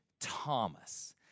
Thomas